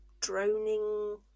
droning